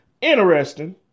Interesting